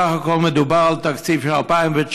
בסך הכול מדובר על תקציב של 2019,